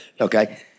okay